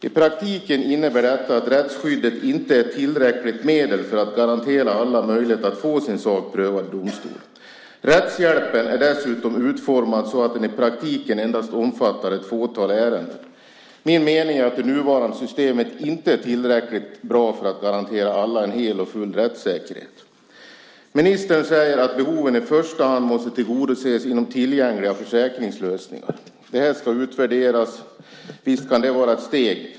I praktiken innebär detta att rättsskyddet inte är ett tillräckligt medel för att garantera alla möjlighet att få sin sak prövad i domstol. Rättshjälpen är dessutom utformad så att den i praktiken endast omfattar ett fåtal ärenden. Min mening är att det nuvarande systemet inte är tillräckligt bra för att garantera alla en hel och full rättssäkerhet. Ministern säger att behoven i första hand måste tillgodoses inom tillgängliga försäkringslösningar. Det här ska utvärderas. Visst kan det vara ett steg.